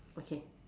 okay